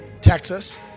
Texas